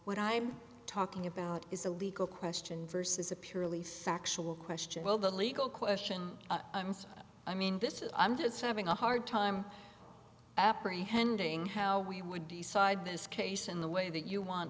what i'm talking about is a legal question versus a purely factual question well the legal question i mean this is i'm just having a hard time apprehending how we would decide this case in the way that you want